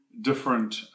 different